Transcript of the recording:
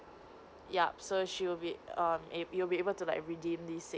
yup so she will be um err you'll be able to like redeem this